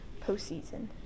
postseason